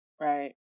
right